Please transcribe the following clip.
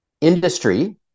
industry